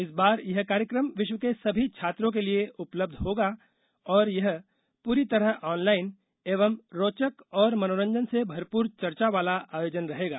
इस बार यह कार्यक्रम विश्व के सभी छात्रों के लिए उपलब्ध होगा और यह पूरी तरह ऑनलाइन और रोचक और मनोरंजन से भरपूर चर्चा वाला आयोजन रहेगा